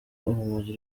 urumogi